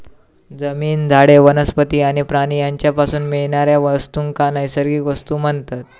जमीन, झाडे, वनस्पती आणि प्राणी यांच्यापासून मिळणाऱ्या वस्तूंका नैसर्गिक वस्तू म्हणतत